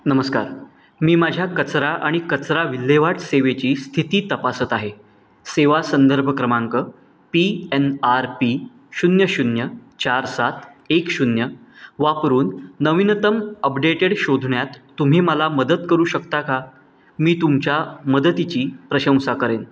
नमस्कार मी माझ्या कचरा आणि कचरा विल्हेवाट सेवेची स्थिती तपासत आहे सेवा संदर्भ क्रमांक पी एन आर पी शून्य शून्य चार सात एक शून्य वापरून नवीनतम अपडेटेड शोधण्यात तुम्ही मला मदत करू शकता का मी तुमच्या मदतीची प्रशंसा करेन